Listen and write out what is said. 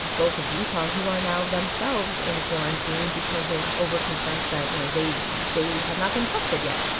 both of utah, who are now themselves in quarantine because they over concerns that, you know, they they had not been tested yet.